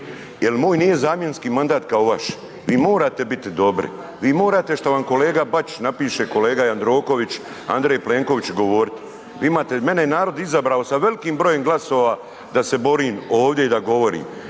jer moj nije zamjenski mandat kao vaš, vi morate biti dobri, vi morate šta vam kolega Bačić napiše, kolega Jandroković, Andrej Plenković govorit. Mene je narod izabrao sa velikim brojem glasova da se borim ovdje i da govorim